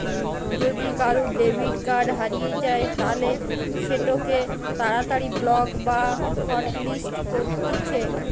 যদি কারুর debit card হারিয়ে যায় তালে সেটোকে তাড়াতাড়ি ব্লক বা হটলিস্ট করতিছে